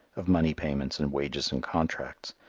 of money payments and wages and contracts,